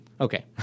Okay